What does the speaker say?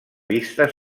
vista